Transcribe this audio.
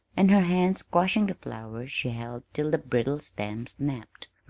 and her hands crushing the flowers, she held till the brittle stems snapped,